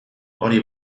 hori